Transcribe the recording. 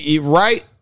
Right